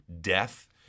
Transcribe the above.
Death